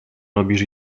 robisz